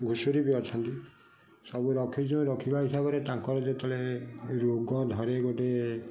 ଘୁଷୁରୀ ବି ଅଛନ୍ତି ସବୁ ରଖିଛୁ ରଖିବା ହିସାବରେ ତାଙ୍କର ଯେତେବେଳେ ରୋଗ ଧରେ ଗୋଟେ